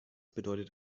bedeutet